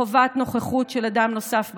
חובת נוכחות של אדם נוסף בחדר,